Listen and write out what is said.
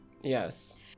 Yes